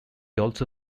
also